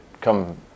come